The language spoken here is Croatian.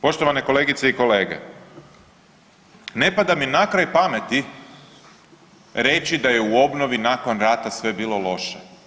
Poštovane kolegice i kolege, ne pada mi na kraj pameti reći da je u obnovi nakon rata sve bilo loše.